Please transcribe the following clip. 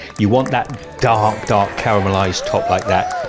you want that dark dark caramelized top like that,